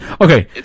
Okay